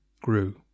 grew